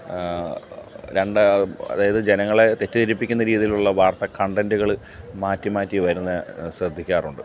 രണ്ട് അതായത് ജനങ്ങളെ തെറ്റിദ്ധരിപ്പിക്കുന്ന രീതിയിലുള്ള വാർത്ത കണ്ടൻറുകൾ മാറ്റി മാറ്റി വരുന്നത് ശ്രദ്ധിക്കാറുണ്ട്